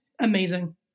amazing